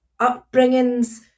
upbringings